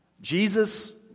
Jesus